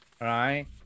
right